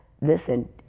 listen